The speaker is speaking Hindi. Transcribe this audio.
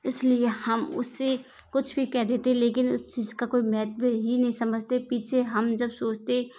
इसलिए हम उसे कुछ भी कहते देते हैं लेकिन इस चीज का कोई महत्व ही नहीं समझते पीछे हम जब सोचते